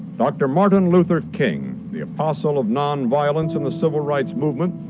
dr. martin luther king, the apostle of nonviolence in the civil rights movement,